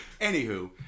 Anywho